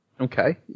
Okay